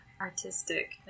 artistic